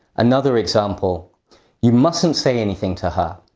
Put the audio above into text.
another example you mustn't say anything to her.